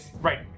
Right